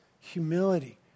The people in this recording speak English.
Humility